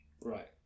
Right